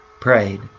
prayed